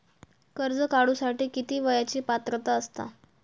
कर्ज काढूसाठी किती वयाची पात्रता असता?